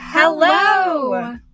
Hello